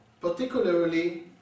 particularly